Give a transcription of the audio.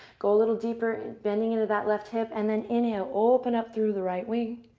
go a little deeper, bending into that left hip. and then inhale. open up through the right wing.